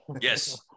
Yes